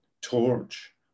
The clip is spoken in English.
torch